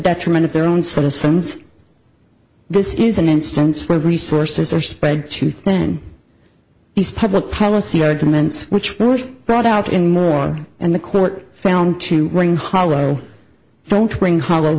detriment of their own citizens this is an instance where resources are spread too thin these public policy arguments which were brought out in moore and the court found to ring hollow don't ring hollow